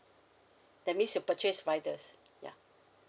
that means you purchase riders ya